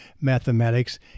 mathematics